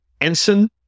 ensign